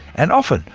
and often,